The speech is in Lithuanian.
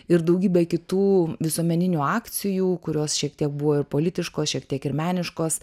ir daugybė kitų visuomeninių akcijų kurios šiek tiek buvo ir politiškos šiek tiek ir meniškos